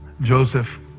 Joseph